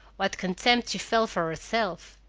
what contempt she felt for herself!